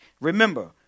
Remember